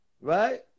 right